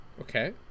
Okay